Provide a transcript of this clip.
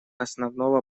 основного